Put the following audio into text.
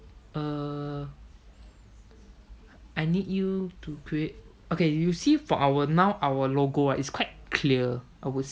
err I need you to create okay you see for our now our logo right it's quite clear